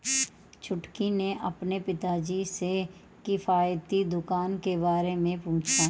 छुटकी ने अपने पिताजी से किफायती दुकान के बारे में पूछा